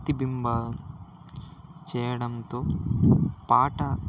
ప్రతిబింబ చేయడంతో పాట